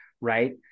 right